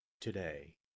today